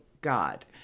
God